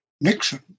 Nixon